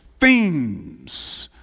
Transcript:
themes